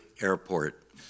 Airport